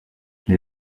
les